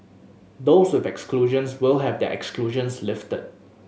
those with exclusions will have their exclusions lifted